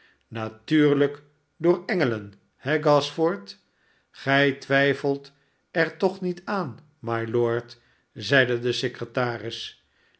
natuurlijk door engelen he gashford gij twijfelt er toch niet aan mylord zeide de secretaris